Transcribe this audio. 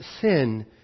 sin